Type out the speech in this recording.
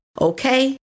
Okay